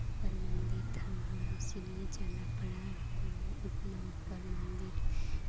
पर मन्दिर था वहाँ इसलिए जाना पड़ा इतना ऊपर मन्दिर